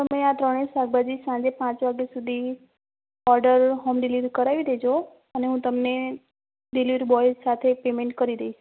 તમે ત્રણેય શાકભાજી સંજે પાંચ વાગ્યા સુધી ઓર્ડર મંગાઈ દેજો અને હું તમને દિલીવરી બોય સાથે પેમેન્ટ કરી દઇશ